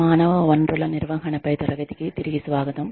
మానవ వనరుల నిర్వహణపై తరగతికి తిరిగి స్వాగతం